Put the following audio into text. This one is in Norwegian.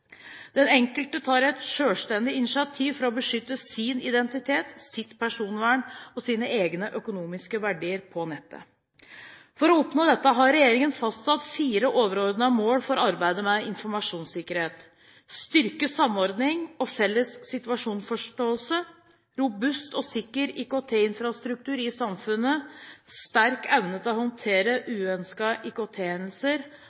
den enkelte tar et selvstendig initiativ for å beskytte sin identitet, sitt personvern og sine egne økonomiske verdier på nettet. For å oppnå dette har regjeringen fastsatt fire overordnede mål for arbeidet med informasjonssikkerhet: styrket samordning og felles situasjonsforståelse robust og sikker IKT-infrastruktur i samfunnet sterk evne til å håndtere